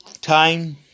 time